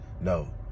No